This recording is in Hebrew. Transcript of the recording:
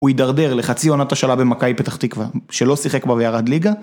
הוא ידרדר לחצי עונת השאלה במכבי פתח תקווה, שלא שיחק בה וירד ליגה?